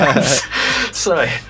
sorry